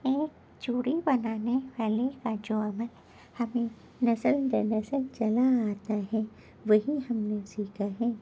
ایک چوڑی بنانے والے کا جو عمل ہمیں نسل در نسل چلا آتا ہے وہی ہم نے سیکھا ہے